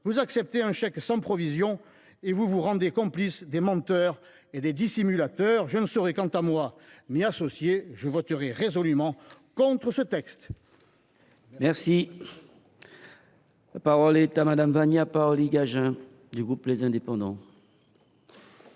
vous acceptez un chèque sans provision et vous vous rendez complices des menteurs et des dissimulateurs. Je ne saurai quant à moi m’y associer : je voterai résolument contre ce texte. La parole est à Mme Vanina Paoli Gagin. Monsieur le président,